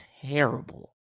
terrible